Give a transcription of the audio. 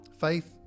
Faith